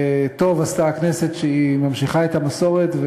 וטוב עשתה הכנסת שהיא ממשיכה את המסורת.